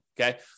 okay